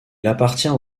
appartient